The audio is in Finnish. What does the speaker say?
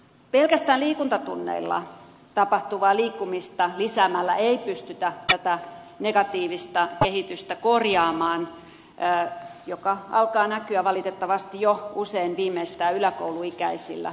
pelkästään liikuntatunneilla tapahtuvaa liikkumista lisäämällä ei pystytä korjaamaan tätä negatiivista kehitystä joka alkaa näkyä valitettavasti jo usein viimeistään yläkouluikäisillä